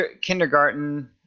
Kindergarten